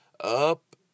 up